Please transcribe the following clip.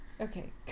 Okay